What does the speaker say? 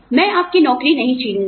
मैं आपकी नौकरी नहीं छीनूंगा